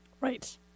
Right